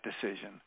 decision